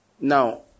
Now